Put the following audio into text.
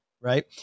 right